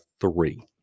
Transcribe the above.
three